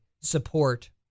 support